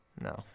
No